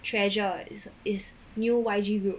treasure is is new Y_G group